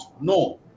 no